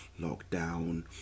lockdown